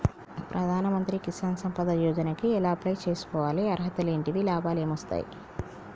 ప్రధాన మంత్రి కిసాన్ సంపద యోజన కి ఎలా అప్లయ్ చేసుకోవాలి? అర్హతలు ఏంటివి? లాభాలు ఏమొస్తాయి?